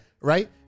right